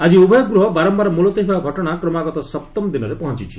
ଆଜି ଉଭୟ ଗୃହ ବାରମ୍ଭାର ମୁଲତବୀ ହେବା ଘଟଣା କ୍ମାଗତ ସପ୍ତମ ଦିନରେ ପହଞ୍ଚୁଛି